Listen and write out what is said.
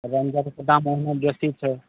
रेंजरके दाम ओनाहो बेसी छै